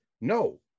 No